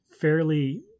fairly